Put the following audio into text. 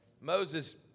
Moses